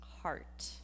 heart